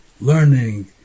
learning